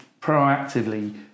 proactively